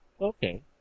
Okay